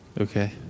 Okay